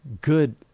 Good